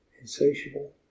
Insatiable